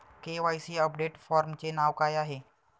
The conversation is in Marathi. के.वाय.सी अपडेट फॉर्मचे नाव काय आहे?